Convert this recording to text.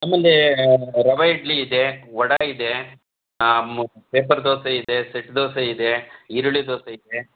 ನಮ್ಮಲ್ಲಿ ರವೆ ಇಡ್ಲಿ ಇದೆ ವಡೆ ಇದೆ ಪೇಪರ್ ದೋಸೆ ಇದೆ ಸೆಟ್ ದೋಸೆ ಇದೆ ಈರುಳ್ಳಿ ದೋಸೆ ಇದೆ